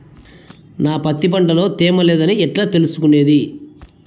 నా పత్తి పంట లో తేమ లేదని ఎట్లా తెలుసుకునేది?